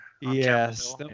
Yes